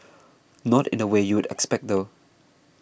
not in the way you'd expect though